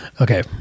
Okay